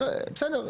בסדר,